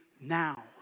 now